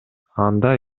анда